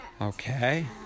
Okay